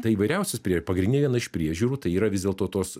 tai įvairiausios prie pagrindinė viena iš priežiūrų tai yra vis dėlto tos